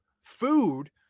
food